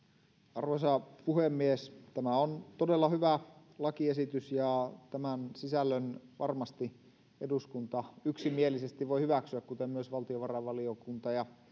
arvoisa puhemies tämä on todella hyvä lakiesitys ja tämän sisällön varmasti eduskunta yksimielisesti voi hyväksyä kuten myös valtiovarainvaliokunta ja